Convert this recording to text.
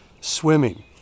swimming